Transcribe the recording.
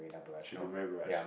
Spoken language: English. should be Marina-Barrage